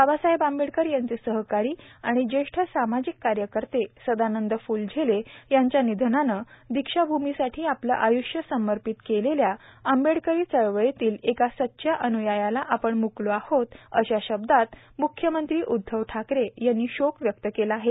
बाबासाहेब आंबेडकर यांचे सहकारी आणि ज्येष्ठ सामाजिक कार्यकर्ते सदानंद फ्लझेले यांच्या निधनाने दीक्षाभूमीसाठी आपले आय्ष्य समर्पित केलेल्या आंबेडकरी चळवळीतील एका सच्च्या अन्यायास आपण म्कलो आहोत अशा शब्दांत म्ख्यमंत्री उद्धव ठाकरे यांनी शोक व्यक्त केला आहे